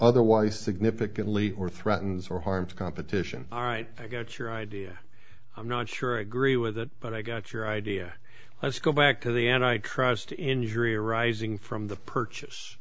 otherwise significantly or threatens or harm to competition all right i got your idea i'm not sure i agree with that but i got your idea let's go back to the end i trust injury arising from the purchase